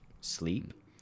sleep